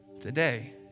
Today